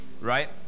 Right